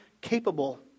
capable